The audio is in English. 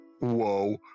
whoa